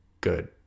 good